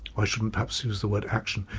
i shouldn't perhaps use the word action,